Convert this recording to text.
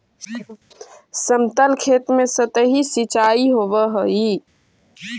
समतल खेत में सतही सिंचाई होवऽ हइ